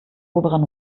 oberen